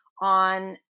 on